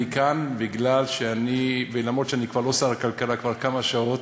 אני כאן, ולמרות שאני לא שר הכלכלה כבר כמה שעות,